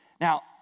Now